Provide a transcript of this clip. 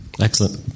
Excellent